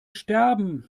sterben